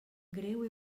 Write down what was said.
greu